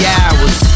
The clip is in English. hours